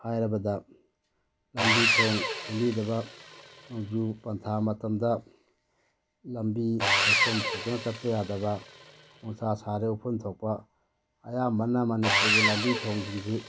ꯍꯥꯏꯔꯕꯗ ꯂꯝꯕꯤ ꯊꯣꯡ ꯁꯦꯝꯕꯤꯗꯕ ꯅꯣꯡꯖꯨ ꯄꯥꯟꯊꯥ ꯃꯇꯝꯗ ꯂꯝꯕꯤ ꯂꯩꯈꯣꯝ ꯊꯣꯛꯇꯨꯅ ꯆꯠꯄ ꯌꯥꯗꯕ ꯅꯨꯡꯁꯥ ꯁꯥꯔꯦ ꯎꯐꯨꯟ ꯊꯣꯛꯄ ꯑꯌꯥꯝꯕꯅ ꯃꯅꯤꯄꯨꯔꯒꯤ ꯂꯝꯕꯤ ꯊꯣꯡꯁꯤꯡꯁꯤ